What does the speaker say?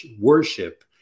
worship